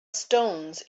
stones